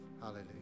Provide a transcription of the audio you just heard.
hallelujah